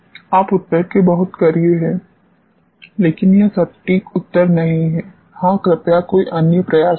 आप उत्तर के बहुत करीब हैं लेकिन यह सटीक उत्तर नहीं है हाँ कृपया कोई अन्य प्रयास करें